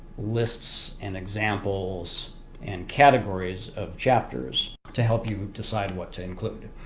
lists and examples and categories of chapters to help you decide what to include.